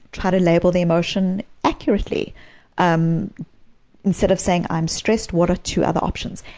try to label the emotion accurately um instead of saying i'm stressed what are two other options?